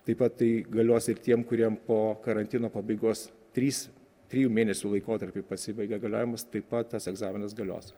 taip pat tai galios ir tiem kuriem po karantino pabaigos trys trijų mėnesių laikotarpy pasibaigė galiojimas taip pat tas egzaminas galios